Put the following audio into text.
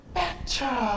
better